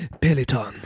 Peloton